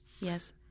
Yes